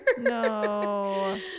No